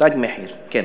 "תג מחיר", כן.